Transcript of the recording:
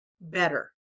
better